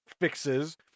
fixes